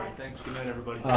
thanks, good night everybody.